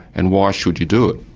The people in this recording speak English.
and why should you do it?